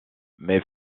met